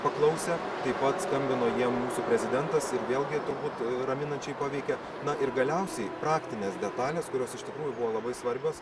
paklausė taip pat skambino jiem mūsų prezidentas ir vėlgi turbūt raminančiai paveikė na ir galiausiai praktinės detalės kurios iš tikrųjų buvo labai svarbios